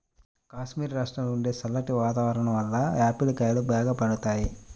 కాశ్మీరు రాష్ట్రంలో ఉండే చల్లటి వాతావరణం వలన ఆపిల్ కాయలు బాగా పండుతాయి